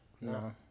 No